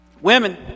Women